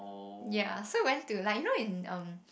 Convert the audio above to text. ya so we went to like you know in um